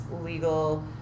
legal